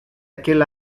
aquel